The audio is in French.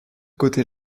côté